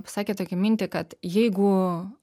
pasakė tokią mintį kad jeigu